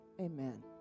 Amen